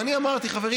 ואני אמרתי: חברים,